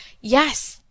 yes